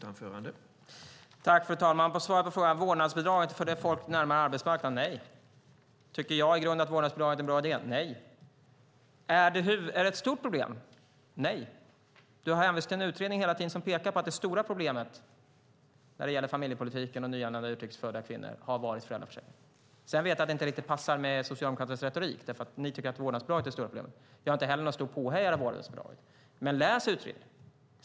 Herr talman! Svaret på frågan om vårdnadsbidraget för folk närmare arbetsmarknaden är nej. Tycker jag i grunden att vårdnadsbidraget är en bra idé? Nej. Är det ett stort problem? Nej. Maria Stenberg har hänvisat till en utredning som pekar på att det stora problemet när det gäller familjepolitiken och nyanlända, utrikes födda kvinnor har varit föräldraförsäkringen. Jag vet att det inte riktigt passar med Socialdemokraternas retorik eftersom ni tycker att vårdnadsbidraget är det stora problemet. Jag är inte heller någon stor påhejare av vårdnadsbidraget, men läs utredningen!